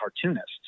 cartoonists